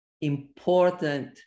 important